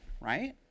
right